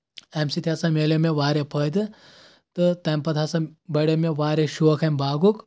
امہِ سۭتۍ ہسا میلیو مےٚ واریاہ فٲیدٕ تہٕ تَمہِ پتہٕ ہسا بڑیو مےٚ واریاہ شوق امہِ باغُک